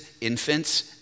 infants